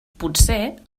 potser